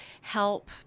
help